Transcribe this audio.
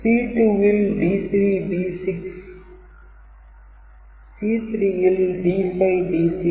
C2 ல் D3 D6 C3 ல் D5 D6